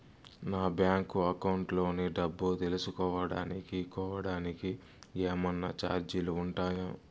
నా bank account లోని డబ్బు తెలుసుకోవడానికి కోవడానికి ఏమన్నా చార్జీలు ఉంటాయా?